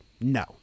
no